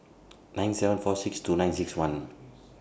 nine seven four six two nine six one